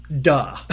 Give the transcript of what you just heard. duh